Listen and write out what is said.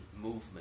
movement